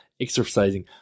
exercising